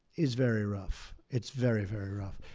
is very rough. it's very, very rough.